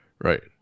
Right